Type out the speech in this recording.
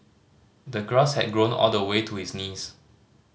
the grass had grown all the way to his knees